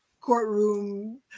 courtroom